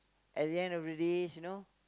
at the end of the days you know